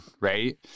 right